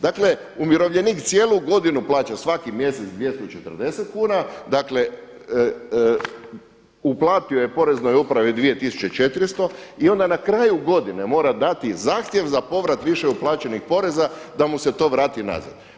Dakle umirovljenik cijelu godinu plaća svaki mjesec 24 kuna, dakle, uplatio je poreznoj upravi 2400 i ona na kraju godine mora dati zahtjev za povrat više uplaćenih poreza da mu se to vrati nazad.